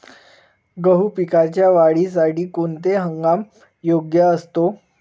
गहू पिकाच्या वाढीसाठी कोणता हंगाम योग्य असतो?